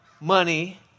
money